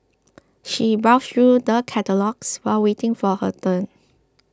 she browsed through the catalogues while waiting for her turn